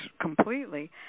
completely